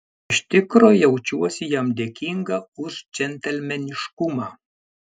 iš tikro jaučiuosi jam dėkinga už džentelmeniškumą